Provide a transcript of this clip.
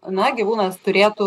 na gyvūnas turėtų